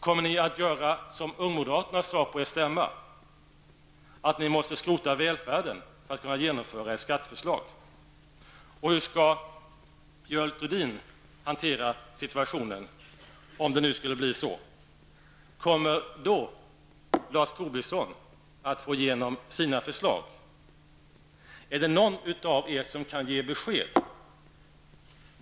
Kommer ni att göra som ungmoderaterna sade på er stämma, att skrota välfärden för att kunna genomföra ert skatteförslag? Och hur skulle Görel Thurdin hantera situationen? Kommer då Lars Tobisson att få igenom sina förslag? Är det någon av er som kan ge besked?